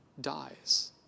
dies